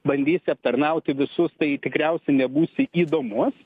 bandysi aptarnauti visus tai tikriausiai nebūsi įdomus